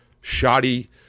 shoddy